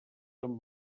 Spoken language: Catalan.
amb